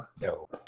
No